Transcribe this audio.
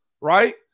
Right